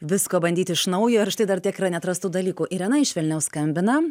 visko bandyti iš naujo ir štai dar tiek yra neatrastų dalykų irena iš vilniaus skambina